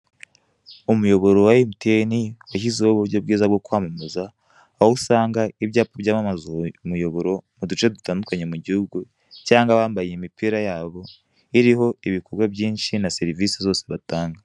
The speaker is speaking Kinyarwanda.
Umuyoboro wa emutiyeni, washyizeho uburyo bwiza bwo kwamamaza, aho usanga ibyapa byamamaza umuyoboro mu duce dutandukanye mu gihugu, cyangwa abambaye imipira yabo iriho ibikorwa byinshi na serivise zose batanga.